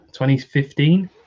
2015